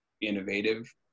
innovative